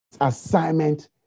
assignment